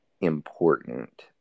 important